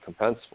compensable